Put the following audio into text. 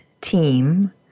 team